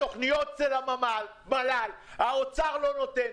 התוכניות זה למל"ל, האוצר לא נותן.